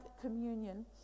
communion